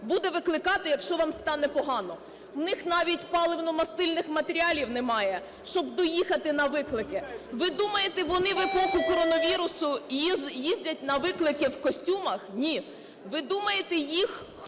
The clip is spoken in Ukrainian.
буде викликати, якщо вам стане погано. У них навіть паливно-мастильних матеріалів немає, щоб доїхати на виклики. Ви думаєте вони в епоху коронавірусу їздять на виклики в костюмах? Ні. Ви думаєте їх